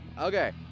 okay